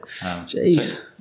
Jeez